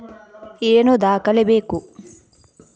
ಏನು ದಾಖಲೆ ಬೇಕು?